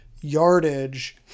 yardage